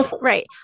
Right